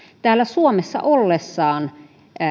täällä suomessa ollessaan